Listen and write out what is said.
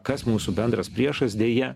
kas mūsų bendras priešas deja